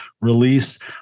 released